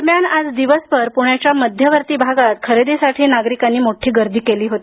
दरम्यान आज दिवसभर पुण्याच्या मध्यवर्ती भागात खरेदीसाठी नागरिकांनी मोठी गर्दी केली होती